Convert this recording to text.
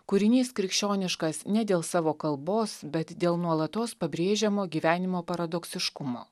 kūrinys krikščioniškas ne dėl savo kalbos bet dėl nuolatos pabrėžiamo gyvenimo paradoksiškumo